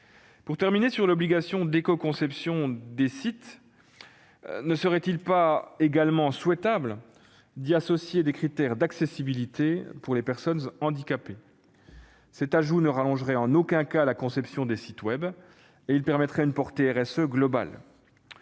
Pour terminer sur l'obligation d'écoconception des sites, ne serait-il pas également souhaitable d'y associer des critères d'accessibilité pour les personnes handicapées ? Cet ajout ne rallongerait en aucun cas la conception des sites web et il permettrait une portée RSE globale.